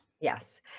Yes